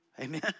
Amen